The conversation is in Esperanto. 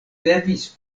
devis